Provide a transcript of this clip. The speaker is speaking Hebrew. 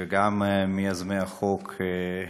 שהוא מיוזמי החוק,